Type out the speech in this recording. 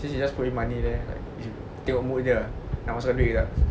she say she just put in money there tengok mood dia nak masuk duit ke tak